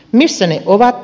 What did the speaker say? missä ne ovat